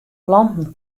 planten